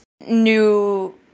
new